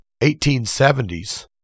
1870s